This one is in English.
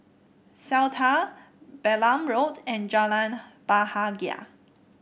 Seletar Balam Road and Jalan Bahagia